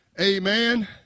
Amen